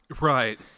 Right